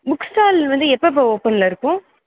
book stall வந்து எப்பப்போ ஓப்பனில் இருக்கும்